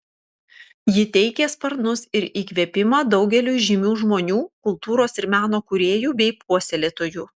ji teikė sparnus ir įkvėpimą daugeliui žymių žmonių kultūros ir meno kūrėjų bei puoselėtojų